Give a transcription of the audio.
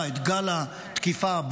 את גל התקיפה הבא,